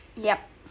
yeah